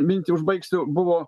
mintį užbaigsiu buvo